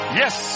yes